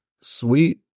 sweet